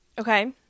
okay